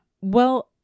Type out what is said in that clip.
Well-